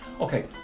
Okay